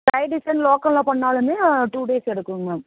கை design லோக்கலில் பண்ணாலுமே two days எடுக்குங்க மேம்